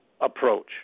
approach